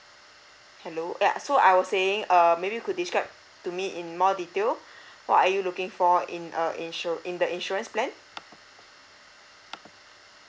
hello ya so I was saying uh maybe you could describe to me in more detail what are you looking for in uh insu~ in the insurance plan